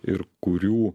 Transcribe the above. ir kurių